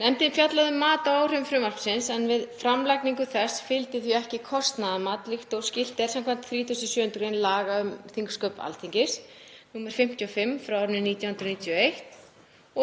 Nefndin fjallaði um mat á áhrifum frumvarpsins en við framlagningu þess fylgdi því ekki kostnaðarmat líkt og skylt er samkvæmt 37. gr. laga um þingsköp Alþingis, nr. 55/1991